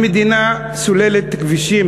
המדינה סוללת כבישים,